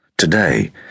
Today